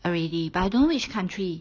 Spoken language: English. already but I don't which country